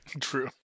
True